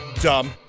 dumb